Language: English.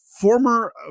former